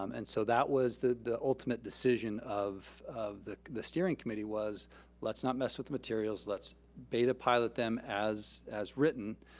um and so that was the the ultimate decision of of the the steering committee was let's not mess with the materials. let's beta pilot them as as written.